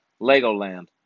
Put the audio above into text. Legoland